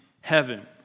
heaven